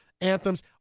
anthems